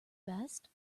best